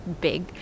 big